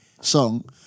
song